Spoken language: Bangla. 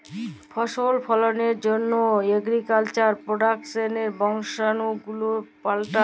ফসল ফললের জন্হ এগ্রিকালচার প্রডাক্টসের বংশালু গুলা পাল্টাই